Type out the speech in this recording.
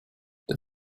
der